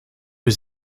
was